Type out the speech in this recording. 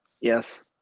Yes